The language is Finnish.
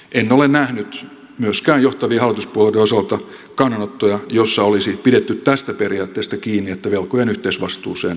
en ole nähnyt myöskään johtavien hallituspuolueiden osalta kannanottoja joissa olisi pidetty tästä periaatteesta kiinni että velkojen yhteisvastuuseen ei mennä